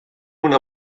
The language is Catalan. una